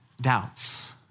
doubts